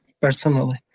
personally